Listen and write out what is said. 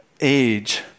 age